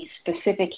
specific